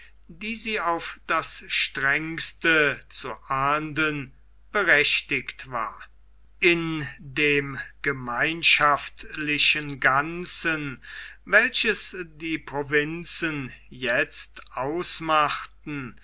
die sie auf das strengste zu ahnden berechtigt war in dem gemeinschaftlichen ganzen welches die provinzen jetzt ausmachten